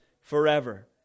forever